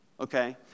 okay